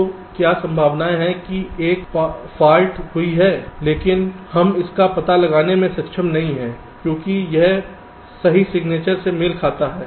तो क्या संभावना है कि एक पार्ट फाल्ट हुई है लेकिन हम इसका पता लगाने में सक्षम नहीं हैं क्योंकि यह सही सिग्नेचर से मेल खाता है